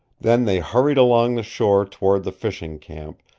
then they hurried along the shore toward the fishing camp,